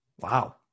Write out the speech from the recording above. Wow